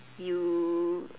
you